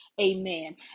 Amen